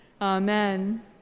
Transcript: amen